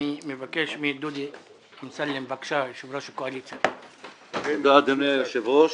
דודי אמסלם, יושב ראש הקואליציה, בבקשה.